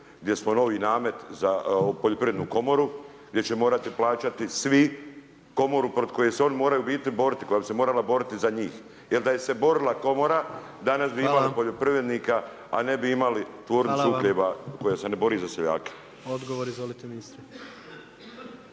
gdje smo novi namet, za poljoprivrednu komoru, gdje će morati plaćati svi, komoru, protiv koje se oni moraju u biti borati, koja bi se morala boriti za njih. Jer da je se borila komora, danas bi imali poljoprivrednika, a ne bi imali tvornicu uhljeba, koja se ne bori za seljake.